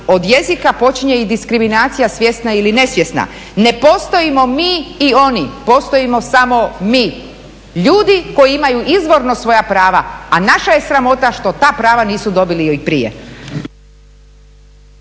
od jezika počinje i diskriminacija svjesna ili nesvjesna. Ne postojimo mi i oni, postojimo samo mi, ljudi koji imaju izvorno svoja prava, a naša je sramota što ta prava nisu dobili i prije.